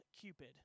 Cupid